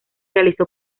realizó